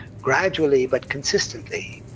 gradually but consistently,